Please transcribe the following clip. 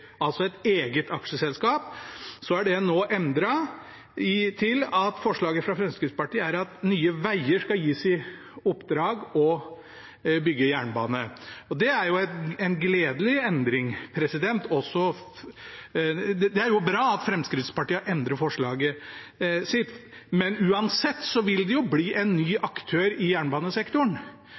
altså et eget aksjeselskap. Forslaget fra Fremskrittspartiet er nå endret til at Nye Veier skal gis i oppdrag å bygge jernbane. Det er jo en gledelig endring – det er bra at Fremskrittspartiet har endret forslaget sitt. Men uansett vil det bli en ny aktør i jernbanesektoren